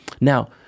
Now